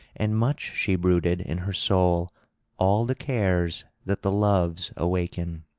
and much she brooded in her soul all the cares that the loves awaken.